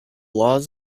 laws